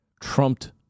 trumped